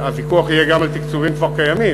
הוויכוח יהיה גם על תקציבים שכבר קיימים,